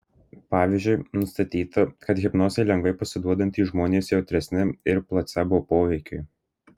pavyzdžiui nustatyta kad hipnozei lengvai pasiduodantys žmonės jautresni ir placebo poveikiui